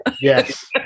Yes